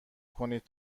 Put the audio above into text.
کنید